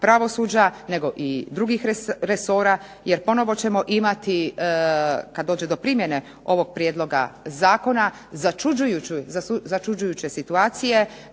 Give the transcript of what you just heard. pravosuđa nego i drugih resora jer ponovno ćemo imati, kad dođe do primjene ovog prijedloga zakona, začuđujuće situacije